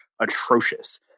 atrocious